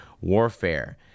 warfare